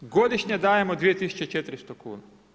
Godišnje dajemo 2 400 kuna.